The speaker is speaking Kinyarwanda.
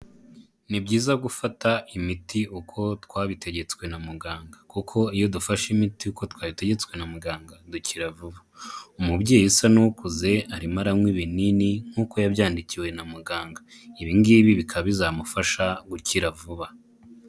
Ni byiza gufata imiti uko twabitegetswe na muganga kuko iyo dufashe imiti uko twayitegetswe na muganga dukira vuba, umubyeyi usa n'ukuze arimo aranywa ibinini nk'uko yabyandikiwe na muganga ibingibi bikaba bizamufasha gukira vuba.